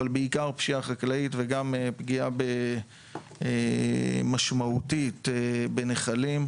אבל בעיקר פשיעה חקלאית וגם פגיעה משמעותית בנחלים.